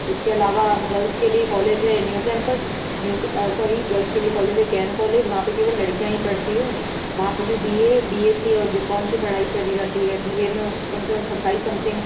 उसके अलावा गर्ल्स के लिए कॉलेज है new campus new sorry girls के लिए कॉलेज है केन कॉलेज वहाँ पे केवल लड़कियाँ ही पढ़ती हैं वहाँ पे भी B A B S C और बी कॉम की पढ़ाई करी जाती है बी ए में कम से कम सत्ताईस समथिंग